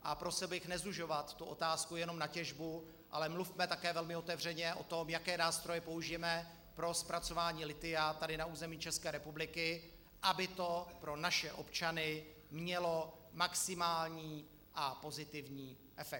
A prosil bych nezužovat tu otázku jenom na těžbu, ale mluvme také velmi otevřeně o tom, jaké nástroje použijeme pro zpracování lithia tady na území České republiky, aby to pro naše občany mělo maximální a pozitivní efekt.